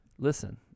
Listen